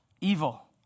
evil